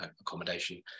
accommodation